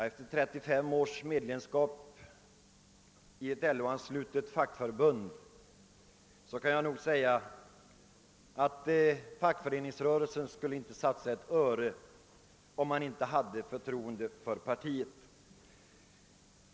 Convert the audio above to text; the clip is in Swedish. Efter 33 års medlemskap i ett LO-anslutet fackförbund vågar jag nog säga, att fackföreningsrörelsen inte skulle satsa ett öre om det inte funnes förtroende för partiet.